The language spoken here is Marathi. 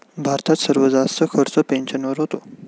भारतात सर्वात जास्त खर्च पेन्शनवर होतो